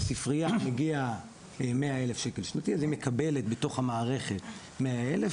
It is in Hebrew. לספריה מגיע 100,000 שקל שנתי אז היא מקבלת בתוך המערכת 100,000 שקל,